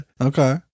Okay